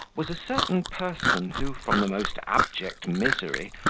was a certain person, who, from the most abject misery,